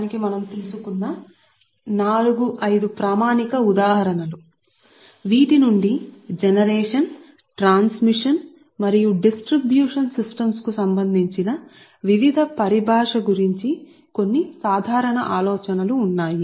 కాబట్టి ఈ మొత్తాల నుండి విభిన్నపదాలకు సంబంధించి ట్రాన్స్మిషన్ ప్రసారం జనరేషన్ఉత్పత్తి మరియు పంపిణీ వ్యవస్థలకు సంబంధించి మాకు కొన్ని సాధారణ ఆలోచనలు ఉన్నాయి